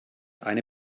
eine